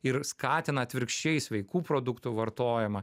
ir skatina atvirkščiai sveikų produktų vartojimą